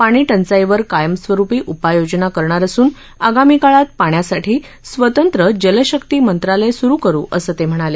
पाणी टंचाईवर कायमस्वरुपी उपाययोजना करणार असून आगामी काळात पाण्यासाठी स्वतंत्र जलशक्ती मंत्रालय सुरु करु असं ते म्हणाले